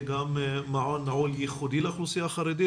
גם מעון נעול ייחודי לאוכלוסייה החרדית?